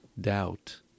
doubt